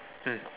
mm